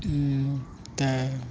ಮತ್ತೇ